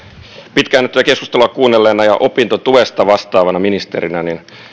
pitkään nyt tätä keskustelua kuunnelleena ja opintotuesta vastaavana ministerinä